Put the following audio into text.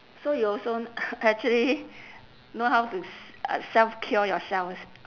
so you also actually know how to s~ self cure yourself